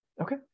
Okay